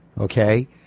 okay